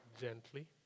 gently